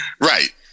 Right